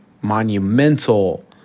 monumental